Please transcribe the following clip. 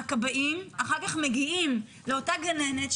שהכבאים אחר כך מגיעים לאותה גננת,